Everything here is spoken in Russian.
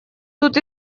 тут